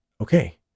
Okay